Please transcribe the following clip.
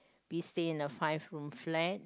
we stay in a five room flat